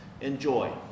enjoy